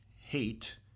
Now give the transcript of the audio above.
hate